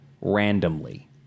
randomly